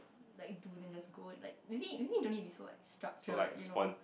like do then just go like maybe maybe don't need be like so structure you know